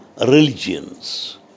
religions